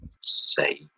say